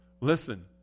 Listen